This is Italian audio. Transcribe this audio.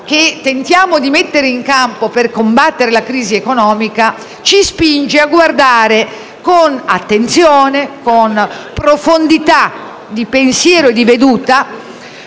che tentiamo di mettere in campo per combattere la crisi economica, ci spingono a guardare con attenzione e profondità di pensiero e prospettiva